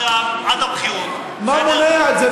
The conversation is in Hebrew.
אמיר, מה מונע את זה?